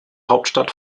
hauptstadt